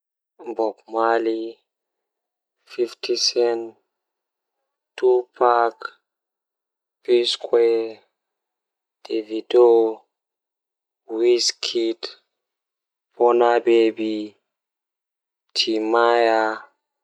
Taalel taalel jannata booyel, Himbe don mana mo dow o wawi kuugal bookaaku masin odon siira himbe nyende goo odon joodi odon siira o andaa sei o fecciti kosde maako bee siri maako man oo kosde maako wurti o dari odon wooka egaa nyende man o meetai sirugo goddo koomojo.